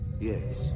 Yes